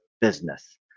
business